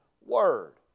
word